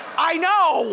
i know!